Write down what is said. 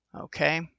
Okay